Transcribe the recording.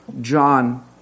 John